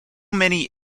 many